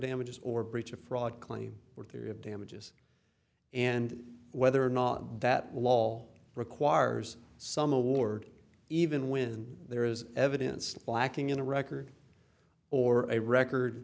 damages or breach a fraud claim or theory of damages and whether or not that law requires some award even when there is evidence lacking in a record or a record